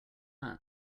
that